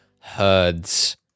Herds